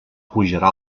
pujarà